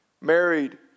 married